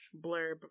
blurb